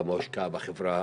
כמה הושקע בחברה הערבית.